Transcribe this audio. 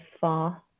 far